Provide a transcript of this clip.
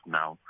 now